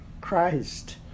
Christ